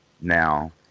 now